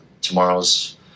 tomorrow's